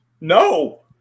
No